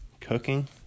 cooking